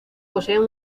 poseen